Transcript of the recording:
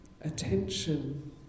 attention